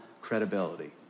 credibility